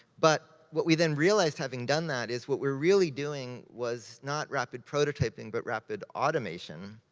but what we then realized, having done that, is what we're really doing was not rapid prototyping, but rapid automation.